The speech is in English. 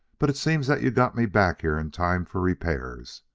but it seems that you got me back here in time for repairs.